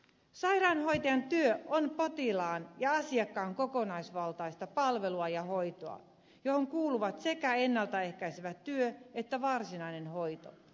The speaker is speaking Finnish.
sairaanhoitajan työ on potilaan ja asiakkaan kokonaisvaltaista palvelua ja hoitoa johon kuuluvat sekä ennalta ehkäisevä työ että varsinainen hoito